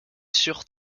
sur